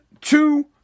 two